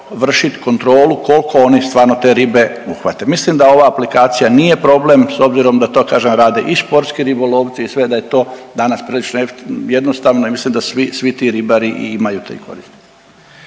vršit kontrolu kolko oni stvarno te ribe uhvate. Mislim da ova aplikacija nije problem s obzirom da to kažem rade i športski ribolovci i sve da je to danas prilično jednostavno i mislim da svi, svi ti ribari i imaju te koriste.